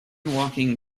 walking